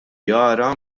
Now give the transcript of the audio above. jara